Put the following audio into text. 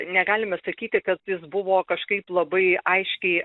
negalime sakyti kad jis buvo kažkaip labai aiškiai